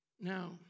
Now